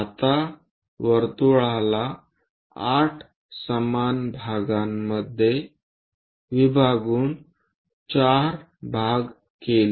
आता वर्तुळाला 8 समान भागांमध्ये विभागून 4 भाग केले